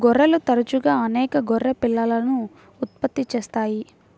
గొర్రెలు తరచుగా అనేక గొర్రె పిల్లలను ఉత్పత్తి చేస్తాయి